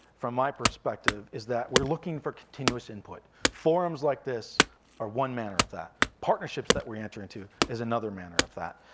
from my perspective, is that we're looking for continuous input. forums like this are one manner of that. partnerships that we enter into is another manner of that.